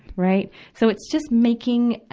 right. so it's just making,